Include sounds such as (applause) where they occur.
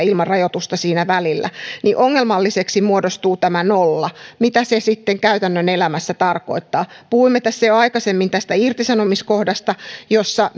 (unintelligible) ilman rajoitusta siinä välillä niin ongelmalliseksi muodostuu tämä nolla mitä se sitten käytännön elämässä tarkoittaa puhuimme tässä jo aikaisemmin tästä irtisanomiskohdasta jossa (unintelligible)